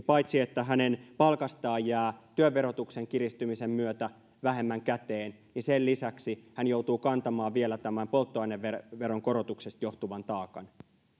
paitsi sitä että hänen palkastaan jää työn verotuksen kiristymisen myötä vähemmän käteen myös sitä että hän joutuu kantamaan vielä tämän polttoaineveron korotuksesta johtuvan taakan